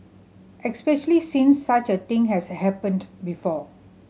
especially since such a thing has happened before